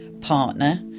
partner